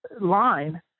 line